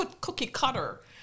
cookie-cutter